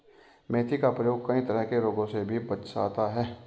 मेथी का प्रयोग कई तरह के रोगों से भी बचाता है